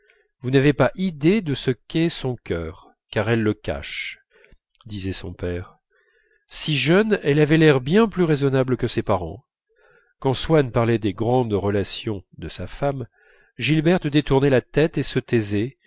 vous n'avez pas idée de ce qu'est son cœur car elle le cache disait son père si jeune elle avait l'air bien plus raisonnable que ses parents quand swann parlait des grandes relations de sa femme gilberte détournait la tête et se taisait